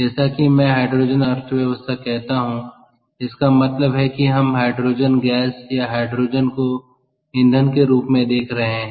जैसा कि मैं हाइड्रोजन अर्थव्यवस्था कहता हूं इसका मतलब है कि हम हाइड्रोजन गैस या हाइड्रोजन को ईंधन के रूप में देख रहे हैं